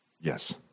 Yes